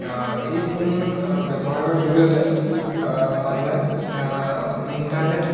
এই ফোন ব্যৱহাৰৰ জৰিয়তে মানুহে ইণ্টাৰনেট